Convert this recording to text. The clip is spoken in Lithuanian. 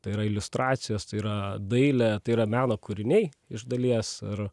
tai yra iliustracijos tai yra dailė tai yra meno kūriniai iš dalies ir